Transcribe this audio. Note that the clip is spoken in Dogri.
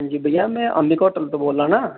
हांजी भैया मैं अम्बिका होटल तूं बोल्ला ना